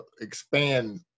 expand